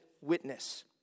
witness